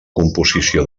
composició